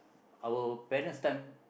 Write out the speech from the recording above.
our parents time